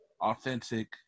authentic